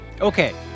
Okay